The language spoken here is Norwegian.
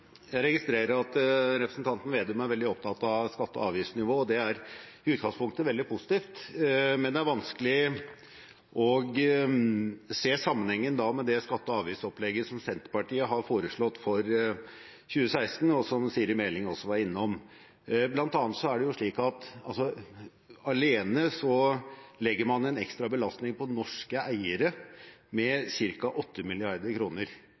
Jeg registrerer at representanten Slagsvold Vedum er veldig opptatt av skatte- og avgiftsnivået. Det er i utgangspunktet veldig positivt, men det er vanskelig å se sammenhengen med det skatte- og avgiftsopplegget som Senterpartiet har foreslått for 2016, og som Siri Meling også var innom. Blant annet er det slik at alene legger man en ekstra belastning på norske eiere med